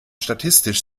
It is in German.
statistisch